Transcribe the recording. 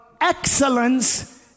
excellence